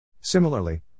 Similarly